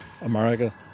America